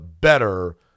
better